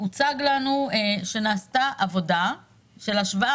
הוצג לנו שנעשתה עבודה של השוואה